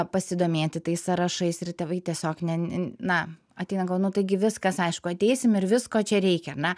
pasidomėti tais sąrašais ir tėvai tiesiog ne ne na ateina gal nu taigi viskas aišku ateisim ir visko čia reikia ar ne